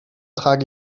trage